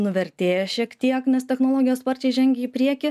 nuvertėja šiek tiek nes technologijos sparčiai žengia į priekį